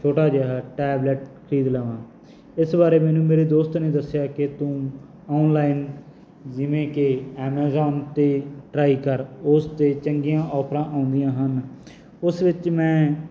ਛੋਟਾ ਜਿਹਾ ਟੈਬਲੈਟ ਖਰੀਦ ਲਵਾਂ ਇਸ ਬਾਰੇ ਮੈਨੂੰ ਮੇਰੇ ਦੋਸਤ ਨੇ ਦੱਸਿਆ ਕਿ ਤੂੰ ਆਨਲਾਈਨ ਜਿਵੇਂ ਕਿ ਐਮਾਜੋਨ 'ਤੇ ਟਰਾਈ ਕਰ ਉਸ 'ਤੇ ਚੰਗੀਆਂ ਓਫਰਾਂ ਆਉਂਦੀਆਂ ਹਨ ਉਸ ਵਿੱਚ ਮੈਂ